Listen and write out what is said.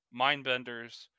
Mindbenders